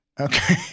Okay